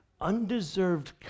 undeserved